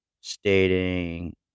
stating